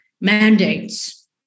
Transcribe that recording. Mandates